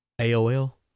A-O-L